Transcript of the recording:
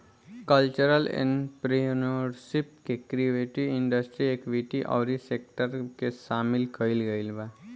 cultural entrepreneurship में creative industry activity अउरी sector के सामिल कईल गईल बा